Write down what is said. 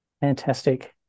Fantastic